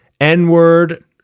N-word